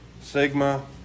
Sigma